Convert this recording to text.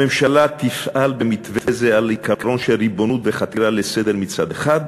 הממשלה תפעל במתווה זה על עיקרון של ריבונות וחתירה לסדר מצד אחד,